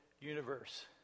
universe